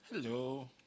Hello